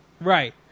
Right